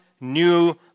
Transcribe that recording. new